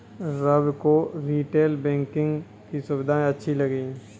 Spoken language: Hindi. रवि को रीटेल बैंकिंग की सुविधाएं अच्छी लगी